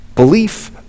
belief